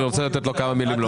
אני רוצה לתת לו כמה מילים לומר.